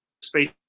Space